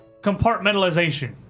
compartmentalization